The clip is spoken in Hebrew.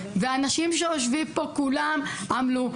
ואנשים שיושבים פה כולם עמלו.